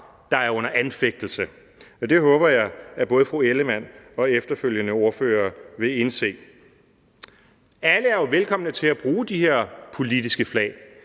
der er under anfægtelse, og det håber jeg at både fru Karen Ellemann og efterfølgende ordførere vil indse. Alle er jo velkomne til at bruge de her politiske flag.